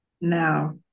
now